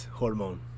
hormone